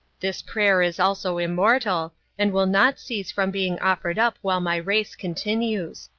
this prayer is also immortal, and will not cease from being offered up while my race continues.